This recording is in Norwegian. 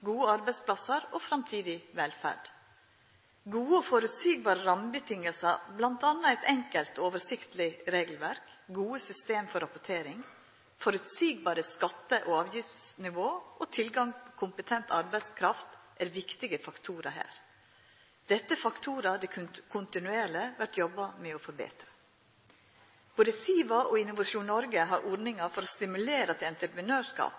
gode arbeidsplassar og framtidig velferd. Gode og føreseielege rammevilkår, bl.a. eit enkelt, oversiktleg regelverk, gode system for rapportering, føreseielege skatte- og avgiftsnivå og tilgang til kompetent arbeidskraft, er viktige faktorar her. Dette er faktorar det kontinuerleg vert jobba med å betra. Både SIVA og Innovasjon Norge har ordningar for å stimulera til entreprenørskap,